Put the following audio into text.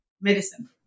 medicine